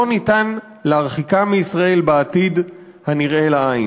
ניתן להרחיקם מישראל בעתיד הנראה לעין.